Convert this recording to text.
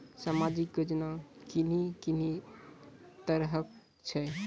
समाजिक योजना कून कून तरहक छै?